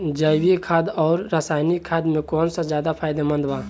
जैविक खाद आउर रसायनिक खाद मे कौन ज्यादा फायदेमंद बा?